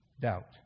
doubt